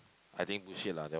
I think bullshit lah that one